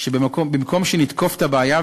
שבמקום שנתקוף את הבעיה,